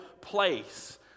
place